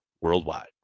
worldwide